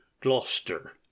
gloucester